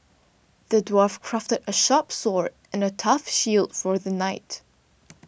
the dwarf crafted a sharp sword and a tough shield for the knight